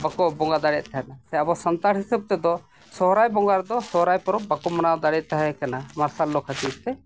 ᱵᱟᱠᱳ ᱵᱚᱸᱜᱟ ᱫᱟᱲᱮᱭᱟᱜ ᱛᱟᱦᱮᱸᱫ ᱥᱮ ᱟᱵᱚ ᱥᱟᱱᱛᱟᱲ ᱦᱤᱥᱟᱹᱵ ᱛᱮᱫᱚ ᱥᱚᱦᱨᱟᱭ ᱵᱚᱸᱜᱟ ᱨᱮᱫᱚ ᱥᱚᱦᱨᱟᱭ ᱯᱚᱨᱚᱵᱽ ᱵᱟᱠᱚ ᱢᱟᱱᱟᱣ ᱫᱟᱲᱮᱭᱟᱜ ᱛᱟᱦᱮᱸ ᱠᱟᱱᱟ ᱢᱟᱨᱥᱟᱞ ᱞᱚ ᱠᱷᱟᱹᱛᱤᱨ ᱛᱮ